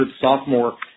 sophomore